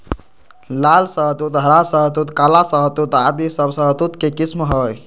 लाल शहतूत, हरा शहतूत, काला शहतूत आदि सब शहतूत के किस्म हय